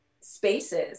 spaces